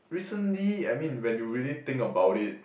recently I mean when you really think about it